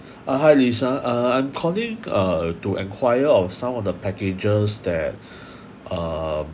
uh hi lisa uh I'm calling uh to enquire of some of the packages that um